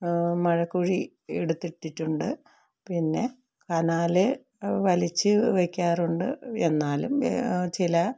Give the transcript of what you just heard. മഴക്കുഴി എടുത്തിട്ടിട്ടുണ്ട് പിന്നെ കനാൽ വലിച്ചു വെക്കാറുണ്ട് എന്നാലും ചില